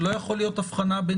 שלא יכולה להיות הבחנה?